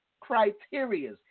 criteria